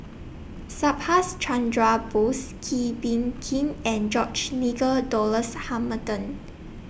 Subhas Chandra Bose Kee Bee Khim and George Nigel Douglas Hamilton